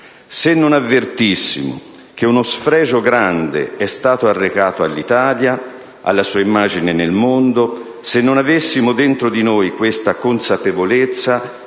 Se non avvertissimo che uno sfregio grande è stato arrecato all'Italia e alla sua immagine nel mondo, se non avessimo dentro di noi questa consapevolezza,